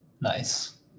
Nice